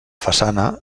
façana